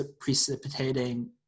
precipitating